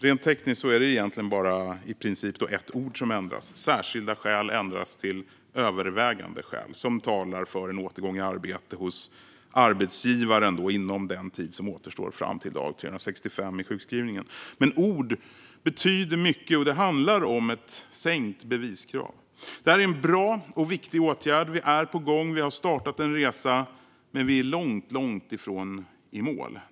Rent tekniskt är det egentligen bara i princip ett ord som ändras: särskilda skäl ändras till övervägande skäl, som talar för en återgång i arbete hos arbetsgivaren inom den tid som återstår fram till dag 365 i sjukskrivningen. Men ord betyder mycket, och det handlar om ett sänkt beviskrav. Det är en bra och viktig åtgärd. Vi är på gång. Vi har startat en resa. Men vi är ju långt ifrån i mål.